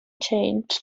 changed